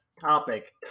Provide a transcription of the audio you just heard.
topic